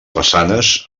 façanes